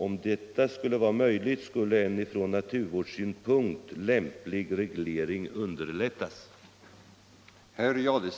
Om detta skulle vara möjligt skulle en från naturvårdssynpunkt lämplig reglering underlättas.